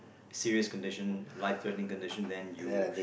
serious condition life threatening condition then you